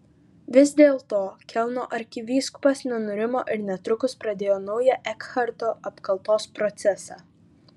vis dėlto kelno arkivyskupas nenurimo ir netrukus pradėjo naują ekharto apkaltos procesą